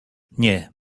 nie